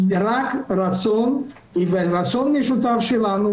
זה רק רצון משותף שלנו,